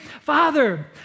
Father